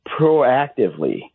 proactively